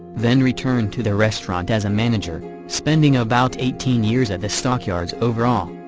then returned to the restaurant as a manager, spending about eighteen years at the stockyards overall.